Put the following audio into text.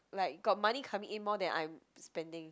like got money coming in more than I am spending